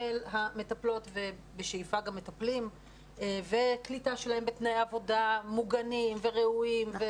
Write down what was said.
של המטפלות ובשאיפה גם מטפלים וקליטה שלהם בתנאי עבודה מוגנים וראויים.